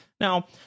Now